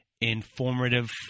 informative